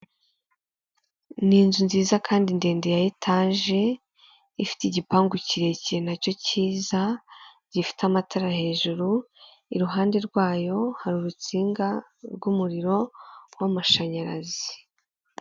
Iyo abayobozi basoje inama bari barimo hari ahantu habugenewe bahurira bakiga ku myanzuro yafashwe ndetse bakanatanga n'umucyo ku bibazo byagiye bigaragazwa ,aho hantu iyo bahageze baraniyakira.